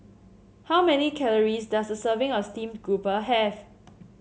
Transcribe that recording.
how many calories does a serving of Steamed Grouper have